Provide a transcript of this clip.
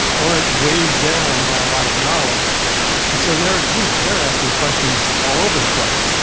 aren't weighed down by a lot of knowledge and so they're you know they're asking questions all over the place.